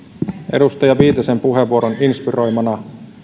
edustaja viitasen puheenvuoron inspiroimana